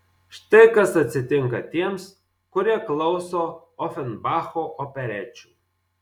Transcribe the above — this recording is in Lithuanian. štai kas atsitinka tiems kurie klauso ofenbacho operečių